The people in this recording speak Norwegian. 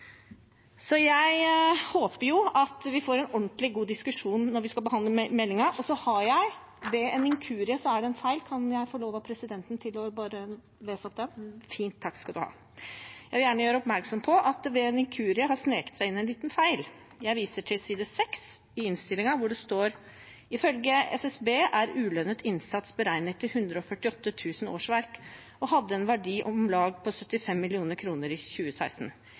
så jeg håper at vi får en ordentlig diskusjon når vi skal behandle meldingen. Jeg vil gjøre oppmerksom på at det ved en inkurie har sneket seg inn en liten feil. Jeg viser til s. 3 i innstillingen, der det står: «Ifølge SSB er ulønnet innsats beregnet til 148 000 årsverk og hadde en verdi på om lag 75 mill. kroner i 2016.»